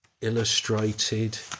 illustrated